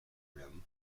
rim